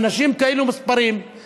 אנשים כאילו מספרים,